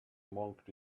monk